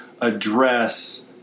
address